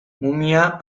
mumia